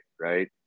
Right